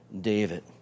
David